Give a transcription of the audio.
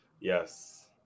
yes